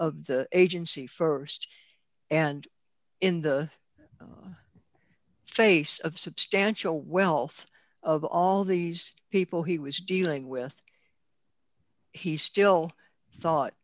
of the agency st and in the face of substantial wealth of all these people he was dealing with he still thought